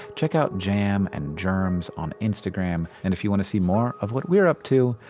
check out jam and germs on instagram. and if you want to see more of what we're up to,